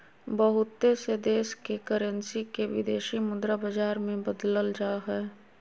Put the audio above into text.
बहुत से देश के करेंसी के विदेशी मुद्रा बाजार मे बदलल जा हय